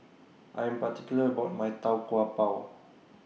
I Am particular about My Tau Kwa Pau